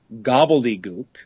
gobbledygook